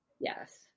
Yes